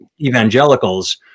evangelicals